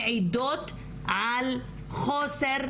מנתחים החלטה ומדיניות בהשפעתה המגדרית עד הסוף.